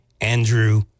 Andrew